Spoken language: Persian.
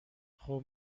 خوب